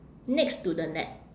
next to the net